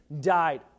died